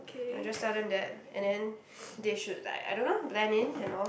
I just tell them that and then they should like I don't know blend in and all